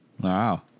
Wow